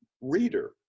reader